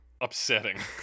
upsetting